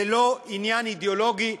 זה לא עניין אידיאולוגי,